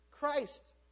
Christ